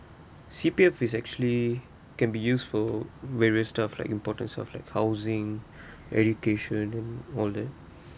C_P_F is actually can be use for various stuff like importance stuff like housing education and all that